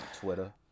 Twitter